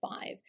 five